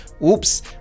oops